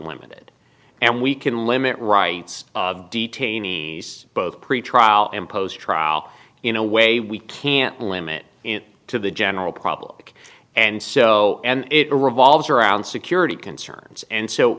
limited and we can limit rights of detainees both pretrial imposed trial in a way we can't limit it to the general problem and so and it revolves around security concerns and so